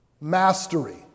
Mastery